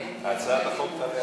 היושבת-ראש, הצעת החוק תעלה היום?